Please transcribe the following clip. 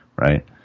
right